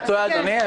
אתה טועה, אדוני.